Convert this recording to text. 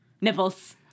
nipples